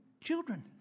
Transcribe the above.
children